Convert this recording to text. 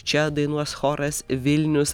čia dainuos choras vilnius